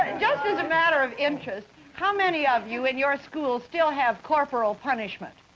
just as a matter of interest, how many of you in your schools still have corporal punishment?